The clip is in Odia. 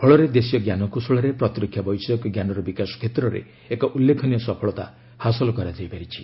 ଫଳରେ ଦେଶୀୟ ଜ୍ଞାନକୌଶଳରେ ପ୍ରତିରକ୍ଷା ବୈଷୟିକ ଜ୍ଞାନର ବିକାଶ କ୍ଷେତ୍ରରେ ଏକ ଉଲ୍ଲେଖନୀୟ ସଫଳତା ହାସଲ କରାଯାଇ ପାରିଛି